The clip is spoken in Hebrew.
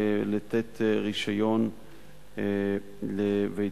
לתת רשיון לבית-הספר.